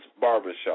barbershop